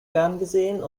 ferngesehen